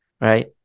Right